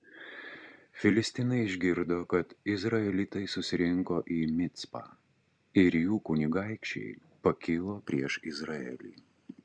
filistinai išgirdo kad izraelitai susirinko į micpą ir jų kunigaikščiai pakilo prieš izraelį